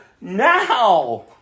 now